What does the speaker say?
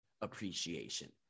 appreciation